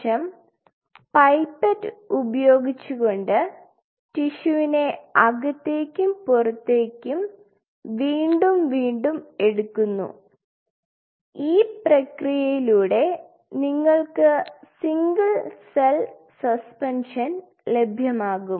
ശേഷം പൈപ്പറ്റ് ഉപയോഗിച്ചുകൊണ്ട് ടിഷ്യുനെ അകത്തേക്കും പുറത്തേക്കും വീണ്ടും വീണ്ടും എടുക്കുന്നു ഈ പ്രക്രിയയിലൂടെ നിങ്ങൾക്ക് സിംഗിൾ സെൽ സസ്പെൻഷൻ ലഭ്യമാകും